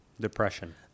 Depression